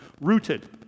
Rooted